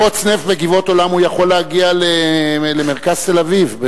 אם יפרוץ נפט ב"גבעות עולם" הוא יכול להגיע למרכז תל-אביב.